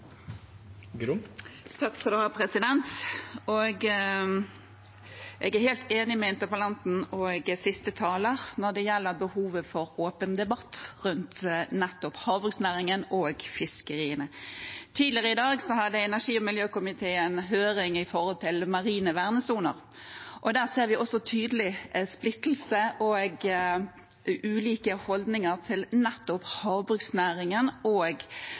behovet for åpen debatt rundt nettopp havbruksnæringen og fiskeriene. Tidligere i dag hadde energi- og miljøkomiteen høring om marine vernesoner. Der ser vi også tydelig splittelse, ulike holdninger og de største konfliktene knyttet til nettopp havbruksnæringen og